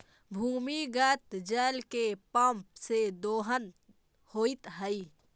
भूमिगत जल के पम्प से दोहन होइत हई